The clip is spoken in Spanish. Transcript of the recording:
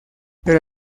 pero